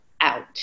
out